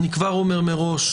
אני כבר אומר מראש,